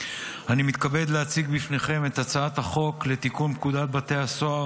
אני מתכבד להציג לפניכם את הצעת החוק לתיקון פקודת בתי הסוהר,